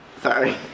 Sorry